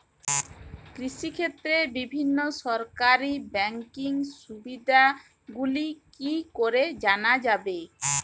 কৃষিক্ষেত্রে বিভিন্ন সরকারি ব্যকিং সুবিধাগুলি কি করে জানা যাবে?